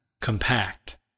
compact